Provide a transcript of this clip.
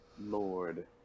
lord